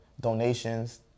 donations